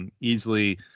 easily